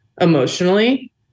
emotionally